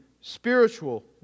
spiritual